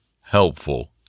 helpful